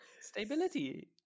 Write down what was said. Stability